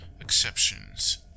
exceptions